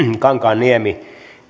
kankaanniemi